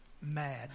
mad